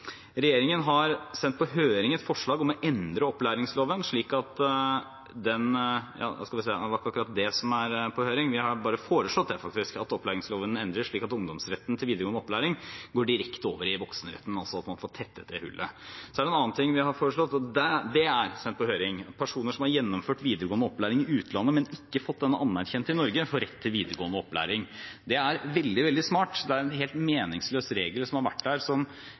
Regjeringen har sendt på høring et forslag om å endre opplæringsloven – nå skal vi se, det er ikke det som er på høring, vi har bare foreslått at opplæringsloven endres, slik at ungdomsretten til videregående opplæring går direkte over i voksenretten, slik at man får tettet det hullet. En annen ting vi har foreslått, og det er sendt på høring, er at personer som har gjennomført videregående opplæring i utlandet, men ikke fått den anerkjent i Norge, får rett til videregående opplæring. Det er veldig, veldig smart. Det er en helt meningsløs regel som har vært der,